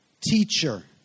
Teacher